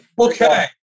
Okay